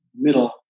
middle